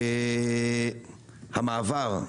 כלומר,